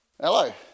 Hello